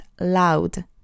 loud